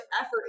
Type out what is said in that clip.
effort